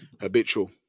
Habitual